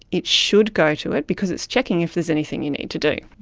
it should go to it because it is checking if there's anything you need to do.